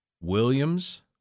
Williams